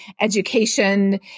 education